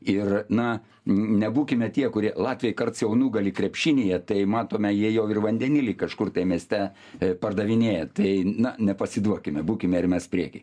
ir na nebūkime tie kurie latviai karts jau nugali krepšinyje tai matome jie jau ir vandenilį kažkur tai mieste pardavinėja tai na nepasiduokime būkime ir mes prieky